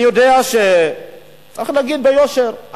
אנחנו נגיד ביושר,